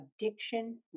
addiction